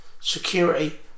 security